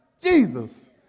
Jesus